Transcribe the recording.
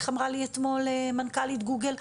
איך אמרה לי אתמול מנכ"לית גוגל,